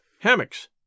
Hammocks